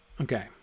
Okay